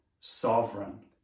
sovereign